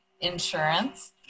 insurance